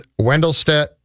Wendelstedt